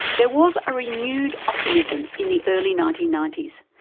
there was a renewed optimism in the early nineteen ninety s,